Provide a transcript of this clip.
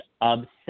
obsessed